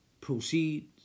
proceed